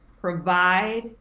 provide